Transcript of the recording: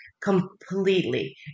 completely